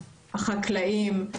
החקלאים,